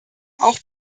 auch